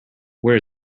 where